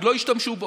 עוד לא השתמשו בו.